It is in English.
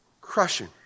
crushing